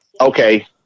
okay